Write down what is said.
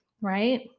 right